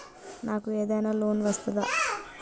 నాకు ఏదైనా లోన్ వస్తదా?